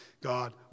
God